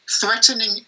threatening